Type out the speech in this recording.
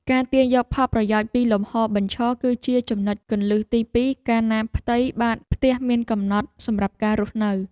ការទាញយកផលប្រយោជន៍ពីលំហរបញ្ឈរគឺជាចំណុចគន្លឹះទីពីរកាលណាផ្ទៃបាតផ្ទះមានកំណត់សម្រាប់ការរស់នៅ។